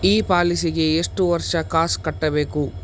ಈ ಪಾಲಿಸಿಗೆ ಎಷ್ಟು ವರ್ಷ ಕಾಸ್ ಕಟ್ಟಬೇಕು?